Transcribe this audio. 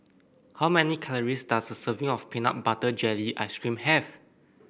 how many calories does a serving of Peanut Butter Jelly Ice cream have